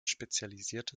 spezialisierte